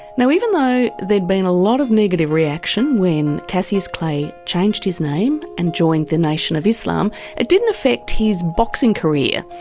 now, even though there'd been a lot of negative reaction when cassius clay changed his name and joined the nation of islam, it didn't affect his boxing career.